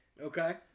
Okay